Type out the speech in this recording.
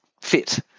fit